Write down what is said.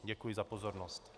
Děkuji za pozornost.